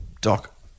Doc